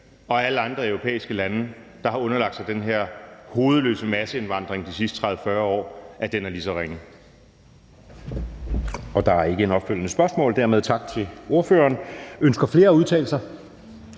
og alle andre europæiske lande, der har underlagt sig den her hovedløse masseindvandring de sidste 30-40 år, er lige så ringe. Kl. 10:17 Anden næstformand (Jeppe Søe): Der er ikke et opfølgende spørgsmål. Dermed tak til ordføreren. Ønsker flere at udtale sig?